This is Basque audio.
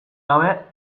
gabe